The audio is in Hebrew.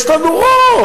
יש לנו רוב.